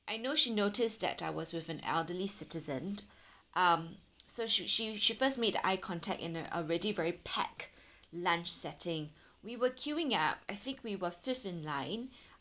I know she noticed that I was with an elderly citizen um so she she first made a eye contact in uh already very packed lunch setting we were queuing up I think we were fifth in line